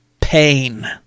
pain